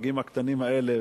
הפגים הקטנים האלה,